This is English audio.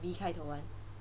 v 开头 [one]